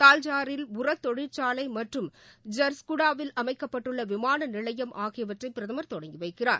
தால்சரில் உரத் தொழிற்சாலை மற்றும் ஐர்ஸ்குடாவில் அமைக்கப்பட்டுள்ள விமான நிலையம் ஆகியவற்றை பிரதமர் தொடங்கி வைக்கிறார்